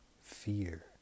fear